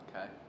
Okay